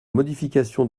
modification